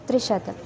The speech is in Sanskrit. त्रिशतम्